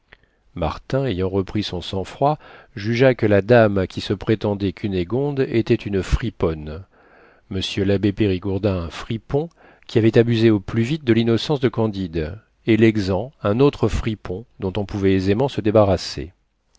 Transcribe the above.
martin ayant repris son sang froid jugea que la dame qui se prétendait cunégonde était une friponne monsieur l'abbé périgourdin un fripon qui avait abusé au plus vite de l'innocence de candide et l'exempt un autre fripon dont on pouvait aisément se débarrasser